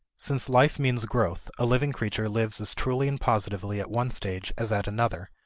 since life means growth, a living creature lives as truly and positively at one stage as at another,